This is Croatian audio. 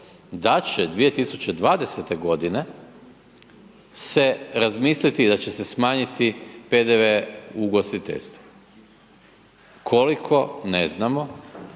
da će 2020. godine se razmisliti i da će se smanjiti PDV u ugostiteljstvu. Koliko? Ne znamo.